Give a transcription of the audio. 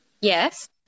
Yes